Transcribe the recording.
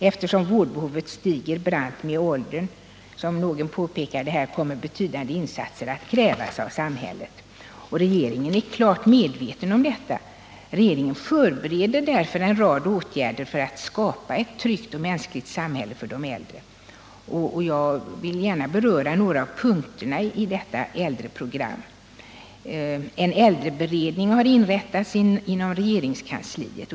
Eftersom vårdbehovet stiger brant med åldern kommer betydande insatser av samhället att krävas. Regeringen är klart medveten om detta. Regeringen förbereder därför en rad åtgärder för att skapa ett tryggt och mänskligt samhälle för de äldre, och jag vill gärna beröra några av punkterna i detta program. Inom regeringskansliet har det inrättats en äldreberedning.